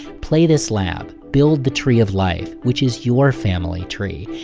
play this lab, build the tree of life which is your family tree,